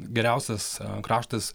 geriausias kraštas